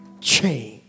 change